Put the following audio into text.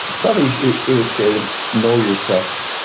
probably it would say know yourself.